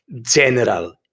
general